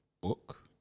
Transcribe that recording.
book